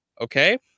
okay